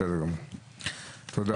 בסדר גמור, תודה.